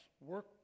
Work